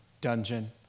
dungeon